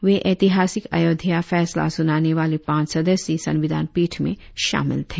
वे ऐतिहासिक अयोध्या फैसला सुनाने वाली पांच सदस्यीय संविधान पीठ में शामिल थे